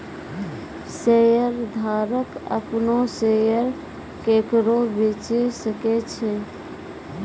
शेयरधारक अपनो शेयर केकरो बेचे सकै छै